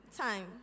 time